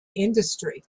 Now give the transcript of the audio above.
industry